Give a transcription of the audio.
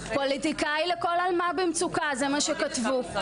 פוליטיקאי לכל עלמה במצוקה, זה מה שכתבו.